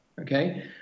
okay